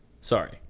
Sorry